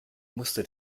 musste